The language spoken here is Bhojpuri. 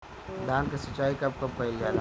धान के सिचाई कब कब कएल जाला?